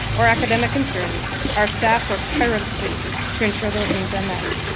or academic concerns, our staff work tirelessly to ensure those needs are met.